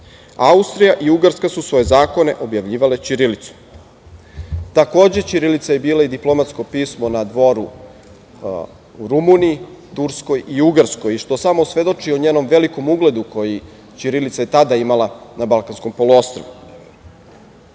Austrija i Ugarska su svoje zakone objavljivale ćirilicom.“ Takođe, ćirilica je bila i diplomatsko pismo na dvoru u Rumuniji, Turskoj i Ugarskoj, što samo svedoči o njenom velikom ugledu koji je ćirilica tada imala na Balkanskom